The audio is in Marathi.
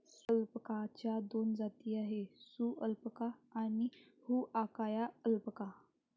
अल्पाकाच्या दोन जाती आहेत, सुरी अल्पाका आणि हुआकाया अल्पाका